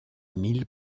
mille